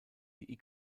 die